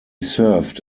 served